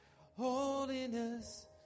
holiness